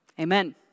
Amen